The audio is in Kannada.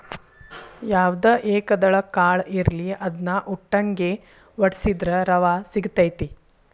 ಯಾವ್ದ ಏಕದಳ ಕಾಳ ಇರ್ಲಿ ಅದ್ನಾ ಉಟ್ಟಂಗೆ ವಡ್ಸಿದ್ರ ರವಾ ಸಿಗತೈತಿ